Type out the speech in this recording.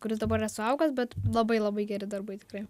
kuris dabar yra suaugęs bet labai labai geri darbai tikrai